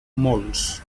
molts